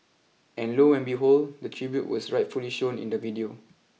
and low and behold the tribute was rightfully shown in the video